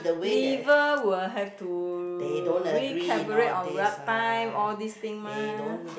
liver will have to recuperate our nap time all this thing mah